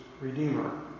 redeemer